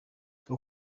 rwo